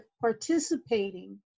participating